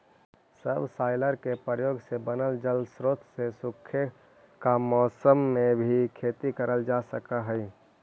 subsoiler के प्रयोग से बनल जलस्रोत से सूखा के मौसम में भी खेती करल जा सकऽ हई